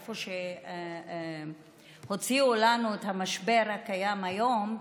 איפה שהוציאו לנו את המשבר הקיים היום,